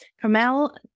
Carmel